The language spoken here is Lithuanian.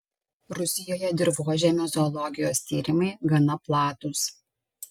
rusijoje dirvožemio zoologijos tyrimai gana platūs